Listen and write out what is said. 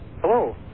Hello